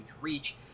reach